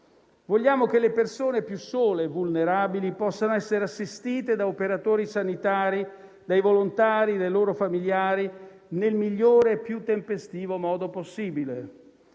Vogliamo che le persone più sole e vulnerabili possano essere assistite da operatori sanitari, dai volontari e dai loro familiari nel migliore e più tempestivo modo possibile.